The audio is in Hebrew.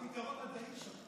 צריך פתרון מדעי שם.